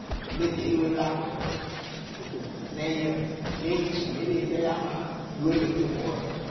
pɨle deerɨwe pɨ láa kpɛ wǝ. Kɨto nɛŋyǝ lée ci ne retǝyǝ amaa ne yǝwe no co ŋwɨ wǝ.